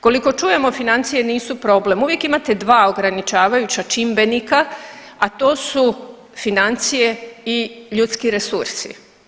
Koliko čujemo financije nisu problem, uvijek imate dva ograničavajuća čimbenika, a to su financije i ljudski resursi.